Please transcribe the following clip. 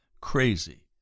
crazy